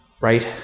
Right